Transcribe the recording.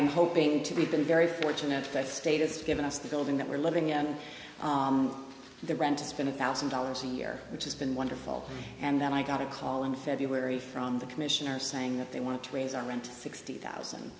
am hoping to be been very fortunate for that status to give us the building that we're living in the rentals been a thousand dollars a year which has been wonderful and then i got a call in february from the commissioner saying that they want to raise our rent sixty thousand